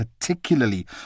particularly